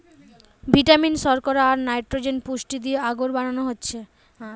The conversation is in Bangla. ভিটামিন, শর্করা, আর নাইট্রোজেন পুষ্টি দিয়ে আগর বানানো হচ্ছে